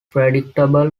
predictable